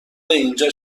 اینجا